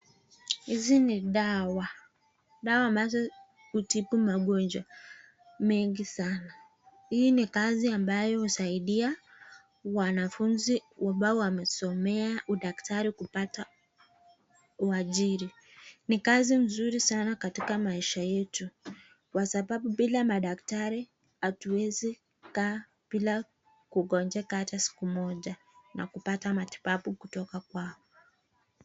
Hizi ni dawa. Dawa ambazo hutibu magonjwa mengi sanaa. Hii ni kazi ambayo husaidia wanafunzi ambao wamesomea udaktari kupata kuajiri. Ni kazi mzuri sanaa katika maisha yetu. Kwa sababu bila madaktari hatuezii kaa bila kugonjeka hata siku moja na kupata matibabu kutoka kwao.